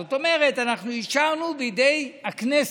זאת אומרת, אנחנו אישרנו בידי הכנסת,